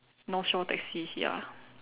North Shore taxis ya